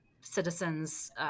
citizens